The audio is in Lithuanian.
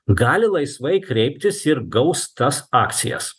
gali laisvai kreiptis ir gaus tas akcijas